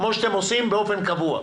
כמו שאתם עושים באופן קבוע.